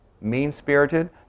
mean-spirited